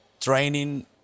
training